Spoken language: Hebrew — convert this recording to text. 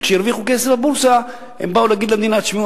שכשהרוויחו כסף בבורסה הם באו להגיד למדינה: תשמעו,